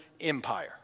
Empire